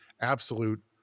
absolute